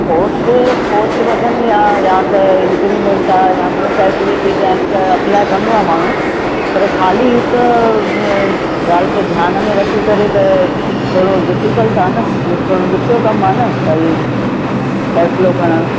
post post वधंदी आहे या त इंक्रीमेंट या ॿियूं फैसेलिटीज़ आहिनि त अप्लाइ कंदो आहे माण्हूं पर खाली हिक ॻाल्हि खे ध्यान में रखी करे त थोरो डिफिकल्ट आहे न इहो थोरो ॾुखियो कमु आहे न भाइ फ़ैसिलो खणणु